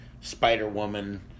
Spider-Woman